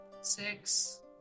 Six